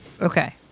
Okay